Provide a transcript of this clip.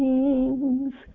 Kings